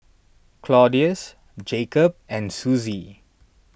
Claudius Jakob and Suzie